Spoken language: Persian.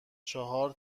چهار